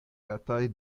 etaj